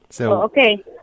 okay